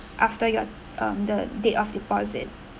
after your um the date of deposit